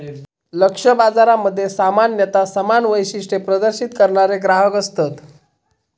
लक्ष्य बाजारामध्ये सामान्यता समान वैशिष्ट्ये प्रदर्शित करणारे ग्राहक असतत